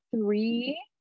three